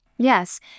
Yes